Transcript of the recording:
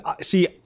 see